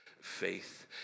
faith